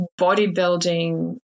bodybuilding